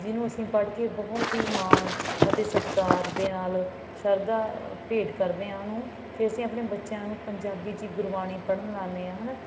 ਜਿਹਨੂੰ ਅਸੀਂ ਪੜ੍ਹ ਕੇ ਬਹੁਤ ਹੀ ਮਾਣ ਅਤੇ ਸਤਿਕਾਰ ਦੇ ਨਾਲ ਸ਼ਰਧਾ ਭੇਟ ਕਰਦੇ ਹਾਂ ਉਹਨੂੰ ਅਤੇ ਅਸੀਂ ਆਪਣੇ ਬੱਚਿਆਂ ਨੂੰ ਪੰਜਾਬੀ 'ਚ ਹੀ ਗੁਰਬਾਣੀ ਪੜ੍ਹਨ ਲਾਉਂਦੇ ਹਾਂ ਹੈ ਨਾ